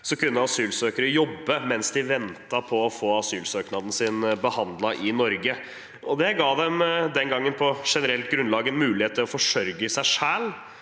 kunne asylsøkere fram til 2011 jobbe mens de ventet på å få asylsøknaden sin behandlet i Norge. Det ga dem den gangen på generelt grunnlag en mulighet til å forsørge seg selv,